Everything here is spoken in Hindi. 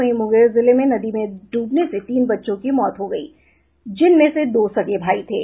वहीं मुंगेर जिले में नदी में डूबने से तीन बच्चों की मौत हो गयी जिनमें से दो सगे भाई थे